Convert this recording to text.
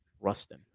Rustin